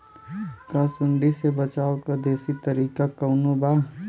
का सूंडी से बचाव क देशी तरीका कवनो बा?